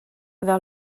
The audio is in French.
vers